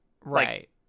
Right